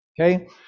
Okay